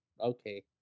Okay